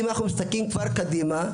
אם אנו מסתכלים קדימה,